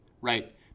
Right